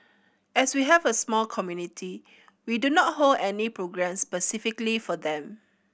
as we have a small community we do not hold any programmes specifically for them